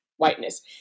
whiteness